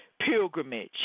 pilgrimage